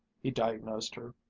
he diagnosed her,